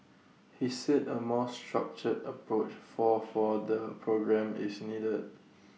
he said A more structured approach for for the programme is needed